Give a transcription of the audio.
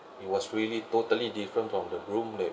it was really totally different from the room that